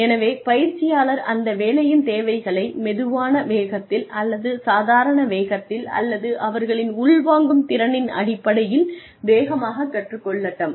எனவே பயிற்சியாளர் அந்த வேலையின் தேவைகள் மெதுவான வேகத்தில் அல்லது சாதாரண வேகத்தில் அல்லது அவர்களின் உள்வாங்கும் திறனின் அடிப்படையில் வேகமாக கற்றுக் கொள்ளட்டும்